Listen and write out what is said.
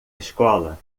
escola